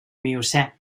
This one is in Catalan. miocè